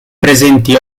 presenti